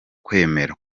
kwemera